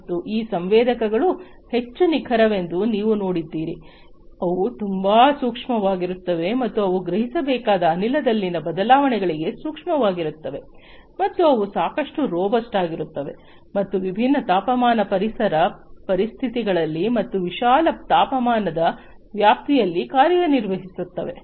ಮತ್ತು ಈ ಸಂವೇದಕಗಳು ಹೆಚ್ಚು ನಿಖರವೆಂದು ನೀವು ನೋಡಿದ್ದೀರಿ ಅವು ತುಂಬಾ ಸೂಕ್ಷ್ಮವಾಗಿರುತ್ತವೆ ಮತ್ತು ಅವು ಗ್ರಹಿಸಬೇಕಾದ ಅನಿಲದಲ್ಲಿನ ಬದಲಾವಣೆಗಳಿಗೆ ಸೂಕ್ಷ್ಮವಾಗಿರುತ್ತವೆ ಮತ್ತು ಅವು ಸಾಕಷ್ಟು ರೊಬಸ್ಟ್ ಆಗಿರುತ್ತವೆ ಮತ್ತು ವಿಭಿನ್ನ ತಾಪಮಾನ ಪರಿಸರ ಪರಿಸ್ಥಿತಿಗಳಲ್ಲಿ ಮತ್ತು ವಿಶಾಲ ತಾಪಮಾನದ ವ್ಯಾಪ್ತಿಯಲ್ಲಿ ಕಾರ್ಯನಿರ್ವಹಿಸುತ್ತವೆ